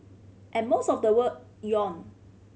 and most of the world yawn